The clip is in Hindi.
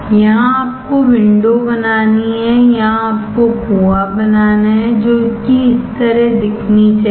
यहां आपको विंडो बनानी है यहां आपको कुआं बनाना है जो कि इसी तरह दिखना चाहिए